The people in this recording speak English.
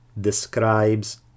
describes